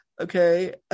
okay